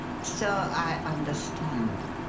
so i understand.